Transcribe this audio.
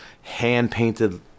hand-painted